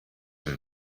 and